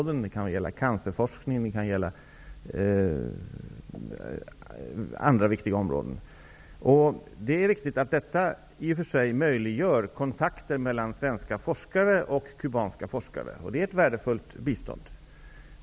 Det kan t.ex. gälla cancerforskning och andra viktiga områden. Det är riktigt att detta i och för sig möjliggör kontakter mellan svenska forskare och kubanska forskare. Det är ett värdefullt bistånd.